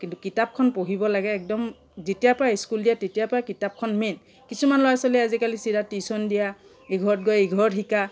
কিন্তু কিতাপখন পঢ়িব লাগে একদম যেতিয়াৰ পৰা স্কুল দিয়ে তেতিয়াৰ পৰাই কিতাপখন একদম মেইন কিছুমান ল'ৰা ছোৱালীয়ে আজিকালি চিধা টিউশ্যন দিয়া ইঘৰত গৈ ইঘৰত শিকা